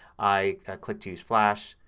i click to use flash,